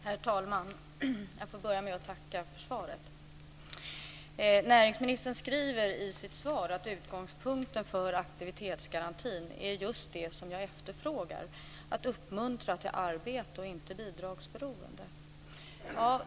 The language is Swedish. Herr talman! Jag får börja med att tacka för svaret. Näringsministern säger i sitt svar att utgångspunkten för aktivitetsgarantin är just det som jag efterfrågar, att uppmuntra till arbete och inte bidragsberoende.